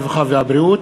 הרווחה והבריאות.